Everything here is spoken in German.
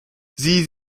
sie